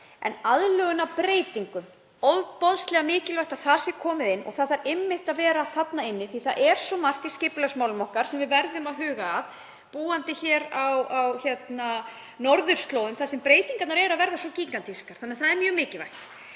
er aðlögun að breytingum, ofboðslega mikilvægt að það sé komið inn. Það þarf einmitt að vera þarna því það er svo margt í skipulagsmálum okkar sem við verðum að huga að, búandi á norðurslóðum þar sem breytingarnar eru að verða svo gígantískar. Það er mjög mikilvægt.